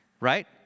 Right